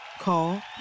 Call